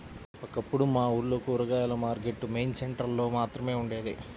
ఒకప్పుడు మా ఊర్లో కూరగాయల మార్కెట్టు మెయిన్ సెంటర్ లో మాత్రమే ఉండేది